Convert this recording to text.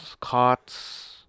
cots